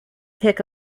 pick